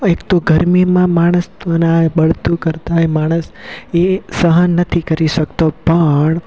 એકતો ગરમીમાં માણસ તો ના એ બળતું કરતાં એ માણસ એ સહન નથી કરી શકતો પણ